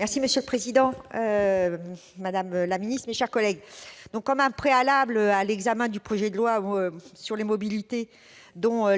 Monsieur le président, madame la ministre, mes chers collègues, comme un préalable à l'examen du projet de loi d'orientation des mobilités, qui a